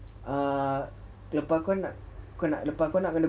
err lepas kau nak kau nak lepas kau nak kena